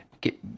get